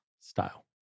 style